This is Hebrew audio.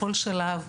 בכל שלב,